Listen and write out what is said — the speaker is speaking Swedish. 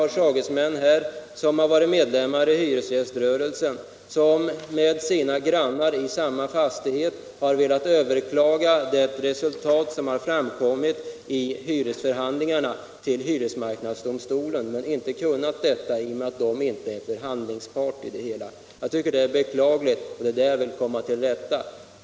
Mina sagesmän, som varit medlemmar av hyresgäströrelsen, har tillsammans med sina grannar i samma fastighet hos hyresmarknadsdomstolen velat överklaga det resultat som framkommit i hyresförhandlingarna men inte kunnat göra detta därför att de inte varit förhandlingsparter. Jag tycker att detta är beklagligt.